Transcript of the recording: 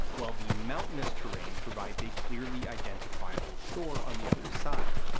while the mountainous terrain provides a clearly identifiable shore on the other side.